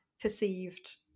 perceived